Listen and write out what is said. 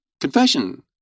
Confession